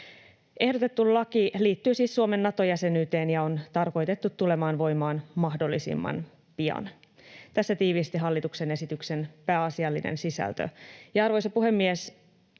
Ehdotettu laki liittyy siis Suomen Nato-jäsenyyteen ja on tarkoitettu tulemaan voimaan mahdollisimman pian. Tässä tiiviisti hallituksen esityksen pääasiallinen sisältö. Arvoisa puhemies!